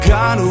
God